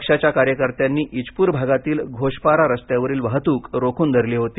पक्षाच्या कार्यकर्त्यांनी इचपूर भागातील घोषपारा रस्त्यावरील वाहतूक रोखून धरली होती